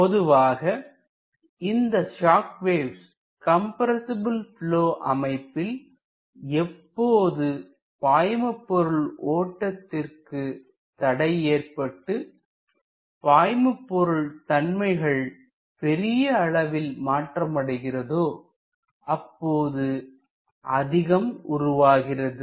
பொதுவாக இந்த shock waves compressible flow அமைப்பில் எப்பொழுது பாய்மபொருள் ஓட்டத்திற்குத் தடை ஏற்பட்டு பாய்மபொருள் தன்மைகள் பெரிய அளவில் மாற்றம் அடைகிறதோ அப்பொழுது அதிகம் உருவாகிறது